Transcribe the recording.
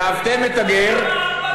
מה זה, ארבע קושיות?